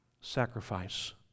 sacrifice